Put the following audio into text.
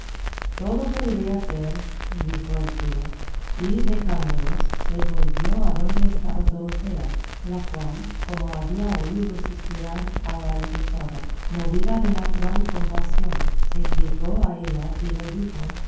todo podría ser dijo el cura y dejándolos se volvió adonde estaba dorotea la cual como había oído suspirar a la embozada movida de natural compasión se llegó a ella y le dijo